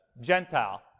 Gentile